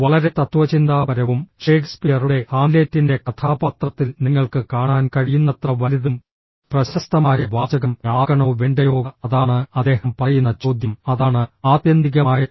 വളരെ തത്ത്വചിന്താപരവും ഷേക്സ്പിയറുടെ ഹാംലെറ്റിന്റെ കഥാപാത്രത്തിൽ നിങ്ങൾക്ക് കാണാൻ കഴിയുന്നത്ര വലുതും പ്രശസ്തമായ വാചകം ആകണോ വേണ്ടയോ അതാണ് അദ്ദേഹം പറയുന്ന ചോദ്യം അതാണ് ആത്യന്തികമായത്